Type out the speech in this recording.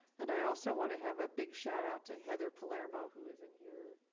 and i also wanna have a big shout out to heather palermo who is in here